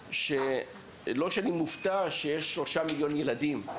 שלא שאני מופתע שיש שלושה מיליון ילדים,